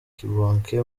kibonke